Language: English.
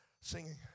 Singing